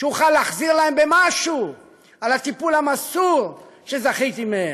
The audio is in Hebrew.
שאוכל להחזיר להן במשהו על הטיפול המסור שזכיתי לו מהן.